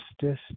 justice